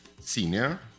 senior